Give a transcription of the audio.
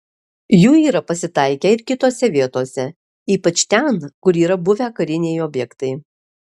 jų yra pasitaikę ir kitose vietose ypač ten kur yra buvę kariniai objektai